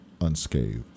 unscathed